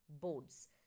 boards